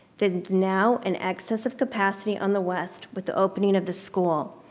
there's now an excess of capacity on the west with the opening of the school.